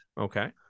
Okay